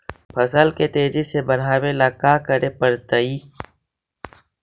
फसल के तेजी से बढ़ावेला का करे पड़तई?